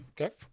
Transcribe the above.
Okay